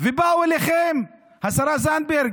ובאו אליכם, השרה זנדברג,